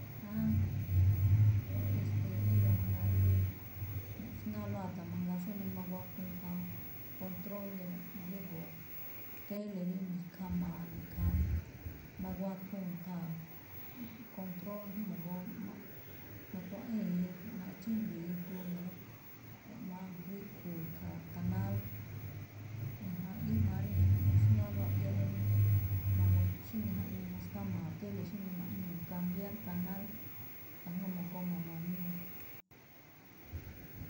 Áan, o e̱ste̱e̱, ríga̱ mangaa ríí mu̱ꞌsngááló ada̱ mangaa xóne maguatuun khaa control del- drégo̱o̱ tele rí mi̱khamaa̱ ne̱ ikhaa, maguatuu̱n khaa̱ control mo̱goo- ma̱ꞌ-matuaꞌée̱n- machíjmbi̱i̱ iduu ne̱ rá, maríꞌkhuu̱ khaa canal, ajánꞌ. Gíꞌmaa rí mu̱ꞌsngáálóꞌ aꞌdiálóꞌ rí magua- xíni jaꞌnii maskámaa̱ tele, xíni ma̱ꞌñuu̱ cambiar canal, kajngó mogoo ma̱ma̱ñuu̱.